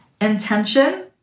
intention